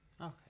Okay